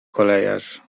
kolejarz